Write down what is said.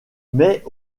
mais